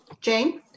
jane